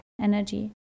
energy